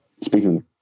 speaking